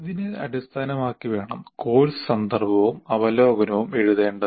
ഇതിനെ അടിസ്ഥാനമാക്കി വേണം കോഴ്സ് സന്ദർഭവും അവലോകനവും എഴുതേണ്ടത്